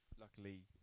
luckily